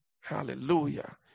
Hallelujah